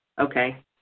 Okay